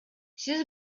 сиз